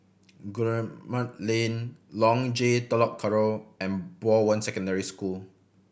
Guillemard Lane Long J Telok Kurau and Bowen Secondary School